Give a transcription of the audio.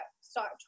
start